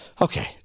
okay